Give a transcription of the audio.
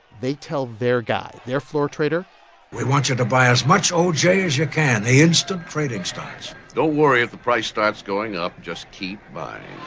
they tell their guy, their floor trader we want you to buy as much oj as you can the instant trading starts don't worry if the price starts going up, just keep buying